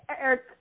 Eric